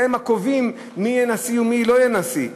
הם הקובעים מי יהיה נשיא ומי לא יהיה נשיא?